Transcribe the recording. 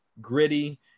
Gritty